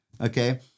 okay